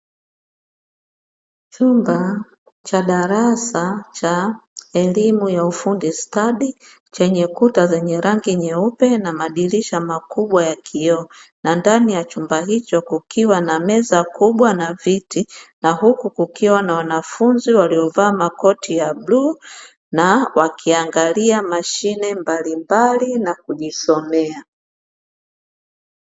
Chumba cha darasa cha elimu ya ufundi stadi, chenye kuta zenye rangi nyeupe, na madirisha makubwa ya kioo, na ndani ya chumba hicho kukiwa na meza kubwa na viti, na huku kukiwa na wanafunzi waliovaa makoti ya bluu, na wakiangalia mashine mbalimbali na kujisomea.